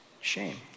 shame